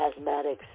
asthmatics